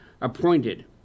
appointed